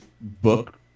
book